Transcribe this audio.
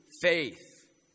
faith